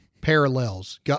parallels